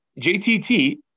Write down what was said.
JTT